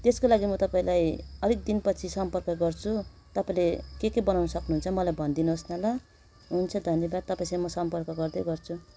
त्यसको लागि म तपाईँलाई अलिक दिनपछि सम्पर्क गर्छु तपाईँले के के बनाउनु सक्नुहुन्छ मलाई भनिदिनु होस् न ल हुन्छ धन्यवाद तपाईँसँग म सम्पर्क गर्दै गर्छु